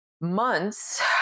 months